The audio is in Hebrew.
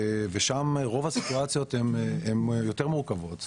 ושם רוב הסיטואציות יותר מורכבות.